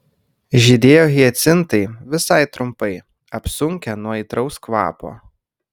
žydėjo hiacintai visai trumpai apsunkę nuo aitraus kvapo